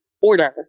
order